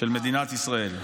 של מדינת ישראל.